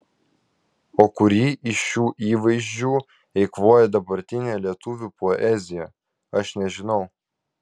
o kurį iš šių įvaizdžių eikvoja dabartinė lietuvių poezija aš nežinau